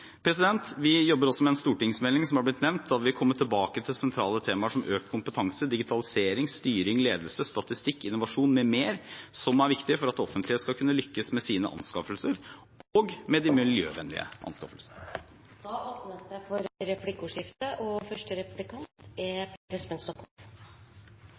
Vi jobber også med en stortingsmelding, som har blitt nevnt. Da vil vi komme tilbake til sentrale temaer som økt kompetanse, digitalisering, styring, ledelse, statistikk, innovasjon, m.m., som er viktig for at det offentlige skal kunne lykkes med sine anskaffelser og med de miljøvennlige anskaffelsene. Det blir replikkordskifte. Det sies at «What you measure is what you get». Jeg er